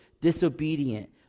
disobedient